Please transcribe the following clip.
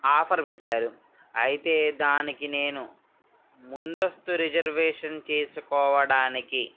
offer పెట్టారు అయితే దానికి నేను ముందస్తు రిజర్వేషన్ చేసుకోవడానికి